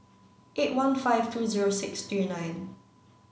eight one five two zero six three nine